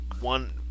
one